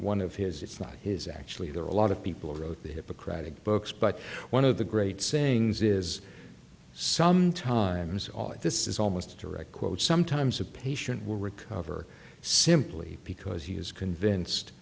one of his it's not his actually there are a lot of people who wrote the hippocratic books but one of the great sayings is some times this is almost a direct quote sometimes a patient will recover simply because he is convinced